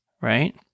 right